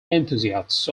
enthusiasts